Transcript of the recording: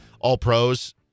All-Pros